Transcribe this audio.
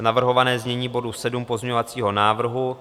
Navrhované znění bodu 7 pozměňovacího návrhu.